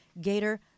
Gator